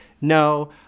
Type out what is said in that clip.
no